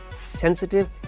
sensitive